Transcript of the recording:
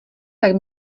tak